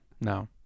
No